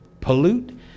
pollute